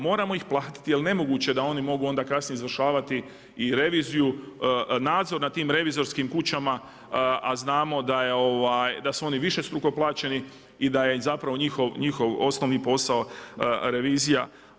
Moramo ih platiti jer nemoguće da oni mogu onda kasnije izvršava i reviziju, nadzor nad tim revizorskim kućama a znamo da su oni višestruko plaćeni i da je zapravo njihov osnovni posao revizija.